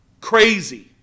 crazy